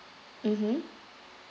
mmhmm